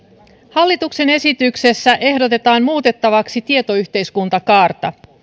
hallituksen esityksessä ehdotetaan muutettavaksi tietoyhteiskuntakaarta